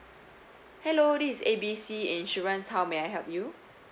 hello this is A B C insurance how may I help you